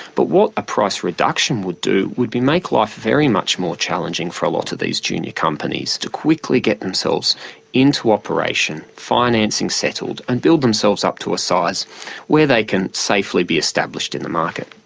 but what a price reduction would do would be make life very much more challenging for a lot of these junior companies to quickly get themselves into operation, financing settled and build themselves up to a size where they can safely be established in the market.